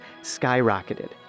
skyrocketed